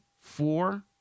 four